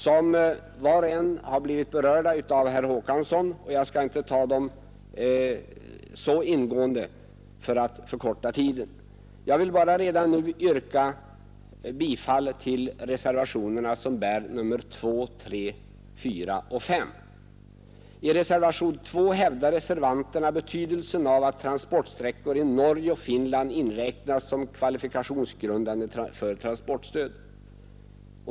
De har var och en berörts av herr Håkansson, och jag skall därför, för att inte förlänga debatten, avstå från att behandla dem mera ingående. Jag vill redan nu yrka bifall till de reservationer som bär numren 2, 3, 4 och S. I reservationen 2 hävdar vi reservanter betydelsen av att transportsträckor i Norge och Finland inräknas som kvalifikationsgrundande för transportstöd.